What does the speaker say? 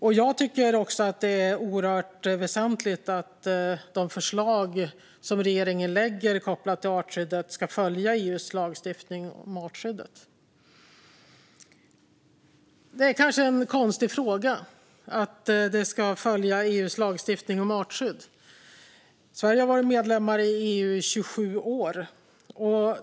Det är också oerhört väsentligt att de förslag som regeringen lägger fram kopplat till artskyddet ska följa EU:s lagstiftning om artskyddet. Det är kanske en konstig fråga att det ska följa EU:s lagstiftning om artskydd. Sverige har varit medlem i EU i 27 år.